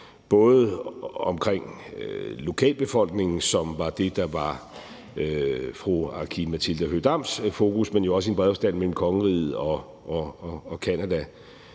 både omkring lokalbefolkningen, som var det, der var fru Aki-Matilda Høegh-Dams fokus, men jo også i en bredere forstand mellem kongeriget og Canada.